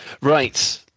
Right